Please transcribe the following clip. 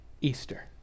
Easter